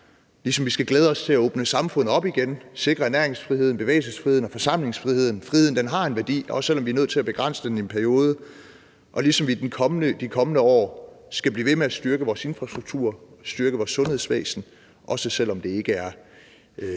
ligesom vi skal glæde os til at åbne samfundet op igen, sikre næringsfriheden, bevægelsesfriheden og forsamlingsfriheden. Friheden har en værdi, også selv om vi er nødt til at begrænse den i en periode. Og vi skal ligeledes i de kommende år blive ved med at styrke vores infrastruktur, styrke vores sundhedsvæsen, også selv om det ikke er krisetider.